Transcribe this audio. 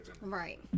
Right